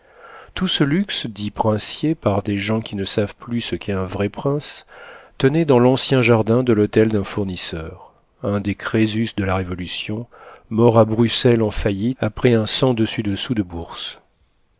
tout ce luxe dit princier par des gens qui ne savent plus ce qu'est un vrai prince tenait dans l'ancien jardin de l'hôtel d'un fournisseur un des crésus de la révolution mort à bruxelles en faillite après un sens dessus dessous de